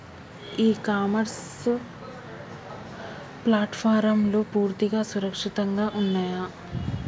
ఇ commerce ప్లాట్ఫారమ్లు పూర్తిగా సురక్షితంగా ఉన్నయా?